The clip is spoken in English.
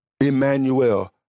Emmanuel